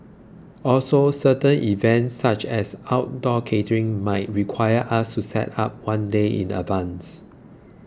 also certain events such as outdoor catering might require us to set up one day in advance